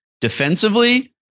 defensively